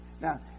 Now